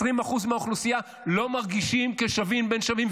20% מהאוכלוסייה לא מרגישים כשווים בין שווים,